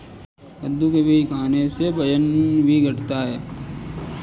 कद्दू के बीज खाने से वजन भी घटता है